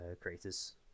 creators